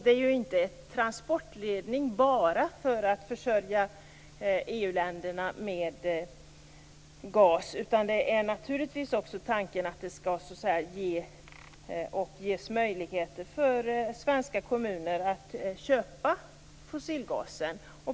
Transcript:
Det är inte enbart en transportledning för att försörja EU länderna med gas, utan tanken är naturligtvis också att svenska kommuner skall ges möjlighet att köpa fossilgasen.